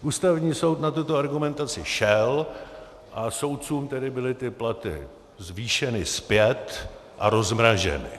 Ústavní soud na tuto argumentaci šel a soudcům tedy byly ty platy zvýšeny zpět a rozmraženy.